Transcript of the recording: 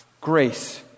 Grace